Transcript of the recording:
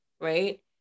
right